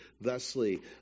thusly